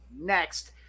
next